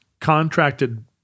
contracted